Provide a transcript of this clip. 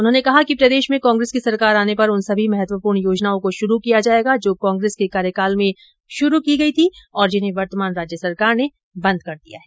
उन्होंने कहा कि प्रदेश में कांग्रेस की सरकार आने पर उन सभी महत्वपूर्ण योजनाओं को शुरू किया जायेगा जो कांग्रेस के कार्यकाल में शुरू की गई थी और जिन्हें वर्तमान राज्य सरकार ने बंद कर दिया है